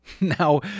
Now